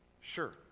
sure